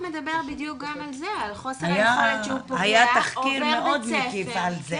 היה תחקיר מאוד מקיף על זה.